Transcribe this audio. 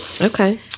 Okay